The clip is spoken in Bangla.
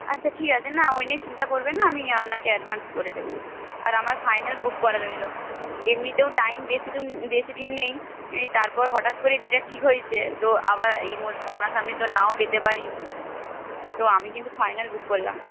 আচ্ছা ঠিক আছে না ওই নিয়ে চিন্তা করবেন না আমি আপনাকে অ্যাডভান্স করে দেবো আর আমার ফাইনাল বুক করা রইলো এমনিতেও টাইম বেশি দূর বেশি দিন নেই তারপর হঠাৎ করেই বিয়েটা ঠিক হয়েছে তো আবার এই সামনা সামনি তো নাও পেতে পারি তো আমি কিন্তু ফাইনাল বুক করলাম